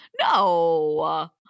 No